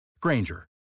Granger